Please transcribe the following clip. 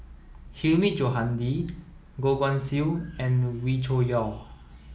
Hilmi Johandi Goh Guan Siew and Wee Cho Yaw